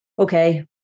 okay